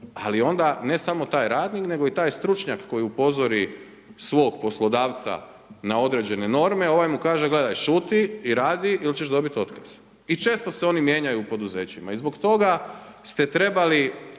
Ali onda ne samo taj radnik nego i taj stručnjak koji upozori svog poslodavca na određene norme, a ovaj mu kaže – gledaj, šuti i radi ili ćeš dobiti otkaz. I često se oni mijenjaju u poduzećima. I zbog toga ste trebali